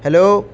hello